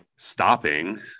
Stopping